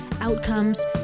outcomes